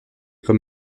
quand